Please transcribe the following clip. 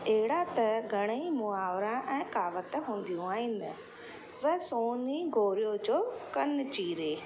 अहिड़ा त घणेई मुहावरा ऐं कहावत हूंदियूं आहिनि उहा सोन ई घोरियो जो कन चीरे